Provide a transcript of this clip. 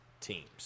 teams